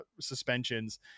suspensions